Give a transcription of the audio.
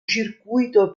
circuito